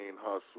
Hustle